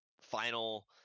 final